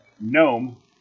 Gnome